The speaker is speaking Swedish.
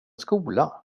skola